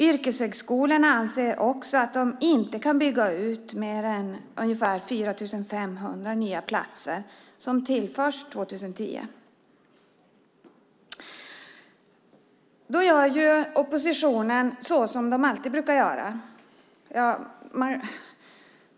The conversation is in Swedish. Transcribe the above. Yrkeshögskolorna anser att de inte kan bygga ut med mer än de ungefär 4 500 platser som tillförs 2010. Oppositionen gör som de alltid brukar göra.